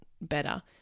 better